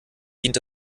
dient